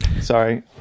sorry